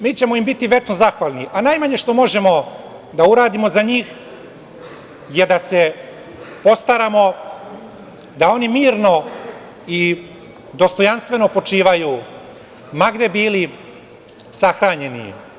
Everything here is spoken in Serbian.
Mi ćemo im biti večno zahvalni, a najmanje što možemo da uradimo za njih je da se postaramo da oni mirno i dostojanstveno počivaju ma gde bili sahranjeni.